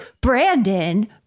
Brandon